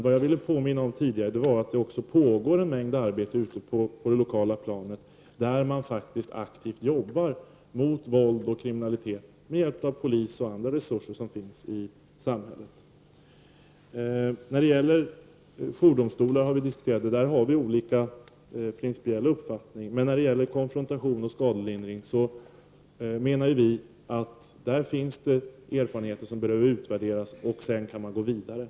Vad jag velat påminna om är att det pågår en hel del arbete på det lokala planet. Man arbetar alltså aktivt med att bekämpa våldet och kriminaliteten med hjälp av polisen och andra resurser i samhället. Jourdomstolarna diskuterades tidigare, och i det avseendet har vi principiellt olika uppfattning. Men när det gäller konfrontationerna och det skadelindrande arbetet finns det erfarenheter som behöver utvärderas. Sedan kan man gå vidare.